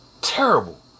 terrible